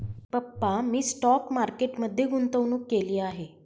पप्पा मी stock market मध्ये गुंतवणूक केली आहे